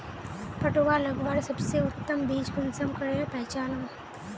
पटुआ लगवार सबसे उत्तम बीज कुंसम करे पहचानूम?